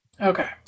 Okay